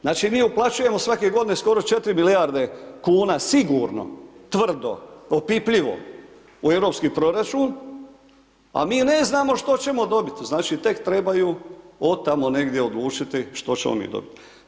Znači, mi uplaćujemo svake godine skoro 4 milijarde kuna, sigurno, tvrdo, opipljivo u europski proračun, a mi ne znamo što ćemo dobit, znači, tek trebaju od tamo negdje odlučiti što ćemo mi dobiti.